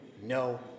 no